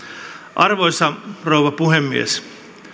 arvoisa rouva puhemies jo